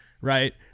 right